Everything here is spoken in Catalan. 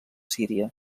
síria